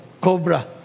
Cobra